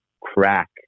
crack